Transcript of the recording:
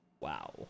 Wow